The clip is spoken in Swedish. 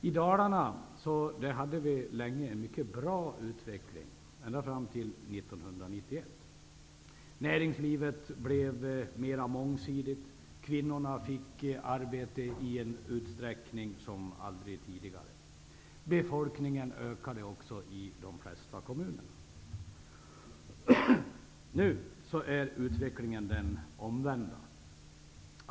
I Dalarna hade vi länge en mycket bra utveckling, ända fram till 1991. Näringslivet blev mer mångsidigt, kvinnorna fick arbete i en utsträckning som aldrig tidigare, och befolkningen ökade i de flesta kommunerna. Nu är utvecklingen den omvända.